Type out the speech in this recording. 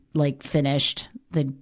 like, finished. they'd,